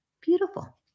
beautiful